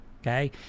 Okay